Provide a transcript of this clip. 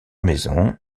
maisons